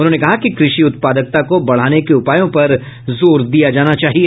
उन्होंने कहा कि कृषि उत्पादकता को बढ़ाने के उपायों पर जोर दिया जाना चाहिए